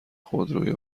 خودروی